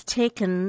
taken